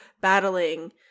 battling